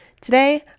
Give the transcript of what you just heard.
Today